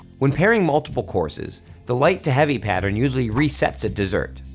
when pairing multiple courses the light to heavy pattern usually resets at dessert,